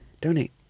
donate